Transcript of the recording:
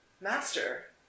Master